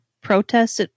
protests